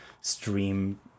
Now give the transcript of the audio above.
stream